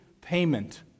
payment